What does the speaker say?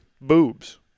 boobs